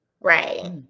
right